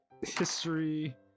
History